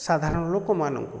ସାଧାରଣ ଲୋକମାନଙ୍କୁ